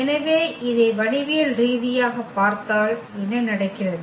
எனவே இதை வடிவியல் ரீதியாகப் பார்த்தால் என்ன நடக்கிறது